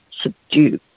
subdue